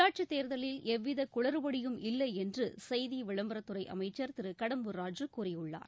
உள்ளாட்சித் தேர்தலில் எவ்வித குளறுபடியும் இல்லை என்று செய்தி விளம்பரத் துறை அமைச்சர் திரு கடம்பூர் ராஜூ கூறியுள்ளார்